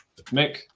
Mick